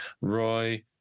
roy